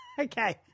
okay